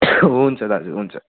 हुन्छ दाजु हुन्छ